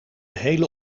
hele